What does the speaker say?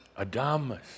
Adamus